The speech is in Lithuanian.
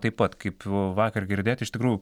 taip pat kaip vakar girdėt iš tikrųjų